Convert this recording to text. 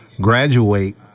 graduate